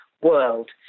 world